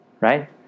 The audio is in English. Right